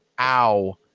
ow